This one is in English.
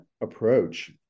approach